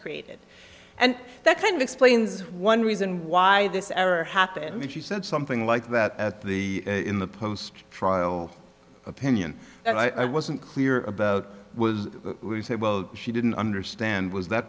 created and that kind of explains one reason why this error happened when she said something like that at the in the post trial opinion that i wasn't clear about was we said well she didn't understand was that